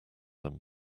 than